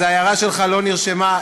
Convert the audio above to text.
אז ההערה שלך לא נרשמה,